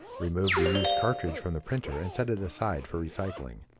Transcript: remove the used cartridge from the printer and set it aside for recycling.